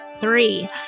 three